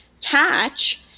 catch